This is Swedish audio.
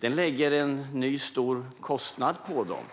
Den lägger en ny stor kostnad på dem,